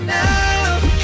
now